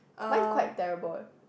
mine quite terrible eh